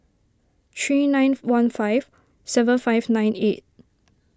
three nine one five seven five nine eight